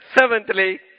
Seventhly